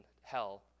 hell